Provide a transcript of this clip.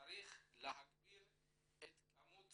וצריך להגביר את כמות